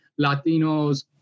Latinos